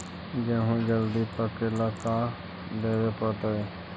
गेहूं जल्दी पके ल का देबे पड़तै?